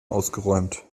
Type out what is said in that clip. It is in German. ausgeräumt